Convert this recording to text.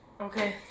Okay